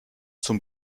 zum